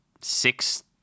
six